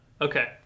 okay